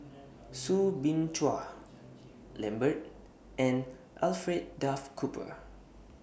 Soo Bin Chua Lambert and Alfred Duff Cooper